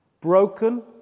Broken